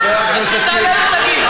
חבר הכנסת קיש, אז שתעלה ותגיד.